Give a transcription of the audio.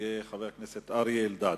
חבר הכנסת אריה אלדד.